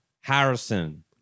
Harrison